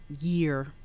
year